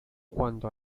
cuanto